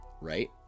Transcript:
right